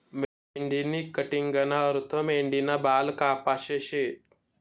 मेंढीनी कटिंगना अर्थ मेंढीना बाल कापाशे शे